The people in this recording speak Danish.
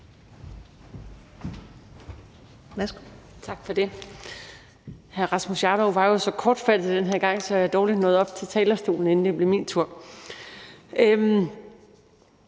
Tak for det. Hr. Rasmus Jarlov var jo så kortfattet den her gang, at jeg dårligt nåede op til talerstolen, inden det blev min tur.